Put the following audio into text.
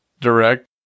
direct